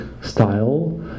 style